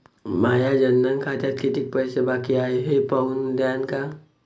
माया जनधन खात्यात कितीक पैसे बाकी हाय हे पाहून द्यान का?